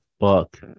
fuck